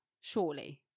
surely